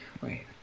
wait